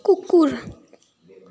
कुकुर